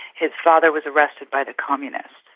his father was arrested by the communists.